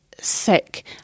sick